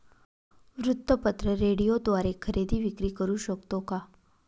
वृत्तपत्र, रेडिओद्वारे खरेदी विक्री करु शकतो का?